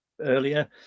earlier